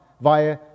via